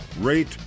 rate